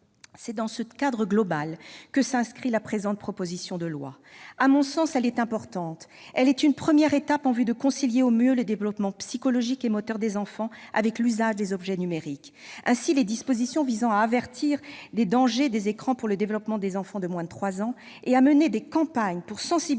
C'est dans ce cadre global que s'inscrit la présente proposition de loi, qui est, à mon sens, importante. Elle est une première étape en vue de concilier au mieux le développement psychologique et moteur des enfants avec l'usage des objets numériques. Ainsi, les dispositions visant à avertir des dangers des écrans pour le développement des enfants de moins de trois ans et à mener des campagnes pour sensibiliser